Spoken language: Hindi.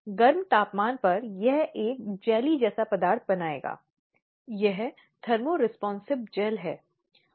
और कुछ मामलों में पत्नी की मौत उन परिस्थितियों में आत्महत्या करने के कारण हुई